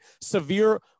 severe